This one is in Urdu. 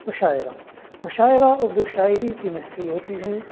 مشاعرہ مشاعرہ اردو شاعری کی محفل ہوتی ہے